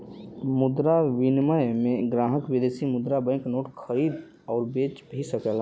मुद्रा विनिमय में ग्राहक विदेशी मुद्रा बैंक नोट खरीद आउर बे सकलन